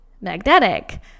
Magnetic